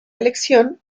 elección